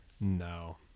no